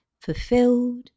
fulfilled